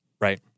Right